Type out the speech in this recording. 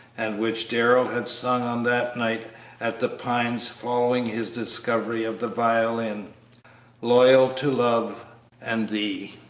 and which darrell had sung on that night at the pines following his discovery of the violin loyal to love and thee.